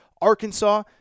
Arkansas